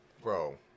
Bro